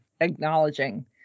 acknowledging